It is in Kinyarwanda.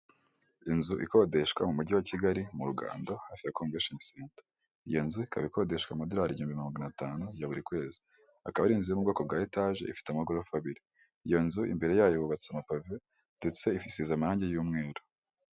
Inzu ikodeshwa mu mujyi wa Kigali mu Rugando hafi ya Konvesheni senta iyo nzu ikaba ikodeshwa amadolari ya mirongo itanu ya buri kwezi, akaba ari inzu yo mu bwoko bwa etaje ifite amagorofa, abiri iyo nzu imbere yayo hubatse amapave ndetse ifisize amarangi y'umweru.